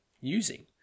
using